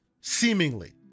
seemingly